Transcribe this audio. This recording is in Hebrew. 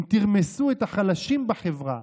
אם תרמסו את החלשים בחברה